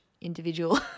individual